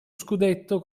scudetto